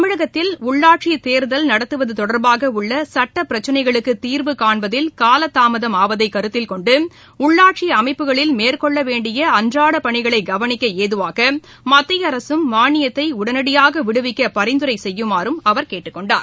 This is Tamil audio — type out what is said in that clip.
தமிழகத்தில் உள்ளாட்சித் தேர்தல் நடத்துவதுதொடர்பாகஉள்ளசட்டபிரச்சினைகளுக்குதீர்வு காண்பதில் காலதாமதமாவதைகருத்தில் கொண்டுஉள்ளாட்சிஅமைப்புகளில் மேற்கொள்ளவேண்டியஅன்றாடபணிகளைகவனிக்கஏதுவாகமத்தியஅரசும் மானியத்தை டனடியாகவிடுவிக்கபரிந்துரைசெய்யுமாறும் அவர் கேட்டுக்கொண்டார்